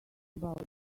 about